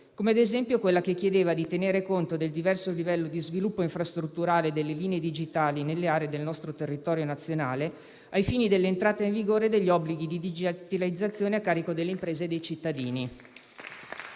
- ad esempio - a quella che chiedeva di tenere conto del diverso livello di sviluppo infrastrutturale delle linee digitali nelle aree del nostro territorio nazionale ai fini dell'entrata in vigore degli obblighi di digitalizzazione a carico delle imprese e dei cittadini.